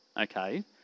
okay